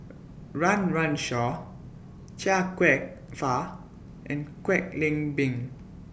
Run Run Shaw Chia Kwek Fah and Kwek Leng Beng